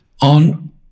on